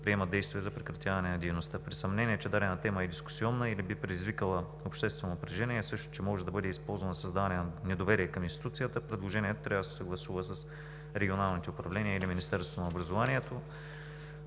предприемат действия за прекратяване на дейността. При съмнение, че дадена тема е дискусионна или би предизвикала обществено напрежение, а също, че може да бъде използвана за създаване на недоверие към институцията, предложението трябва да се съгласува с регионалните управления или с Министерството на образованието.